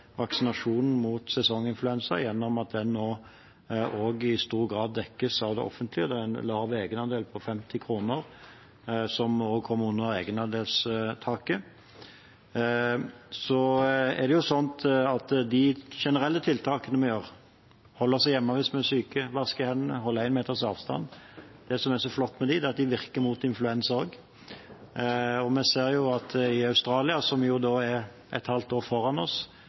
vaksinasjonen mot sesonginfluensa gjennom at den nå i stor grad dekkes av det offentlige. Det er en lav egenandel på 50 kr, som også kommer under egenandelstaket. Det som er så flott med de generelle tiltakene vi gjør – holde oss hjemme hvis vi er syke, vaske hendene, holde én meters avstand – er at de virker mot influensa også. Vi ser at i Australia, som er et halvt år foran oss,